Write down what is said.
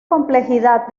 complejidad